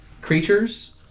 creatures